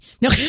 No